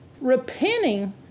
Repenting